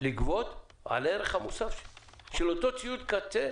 לגבות עבור הערך המוסף של אותו ציוד קצה